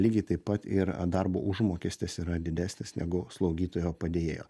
lygiai taip pat ir darbo užmokestis yra didesnis negu slaugytojo padėjėjo